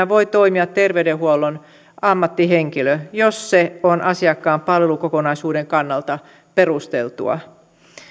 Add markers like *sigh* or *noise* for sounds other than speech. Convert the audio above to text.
*unintelligible* voi toimia terveydenhuollon ammattihenkilö jos se on asiakkaan palvelukokonaisuuden kannalta perusteltua